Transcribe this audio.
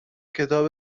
کتاب